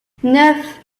neuf